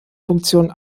funktion